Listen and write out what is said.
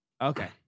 Okay